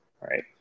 right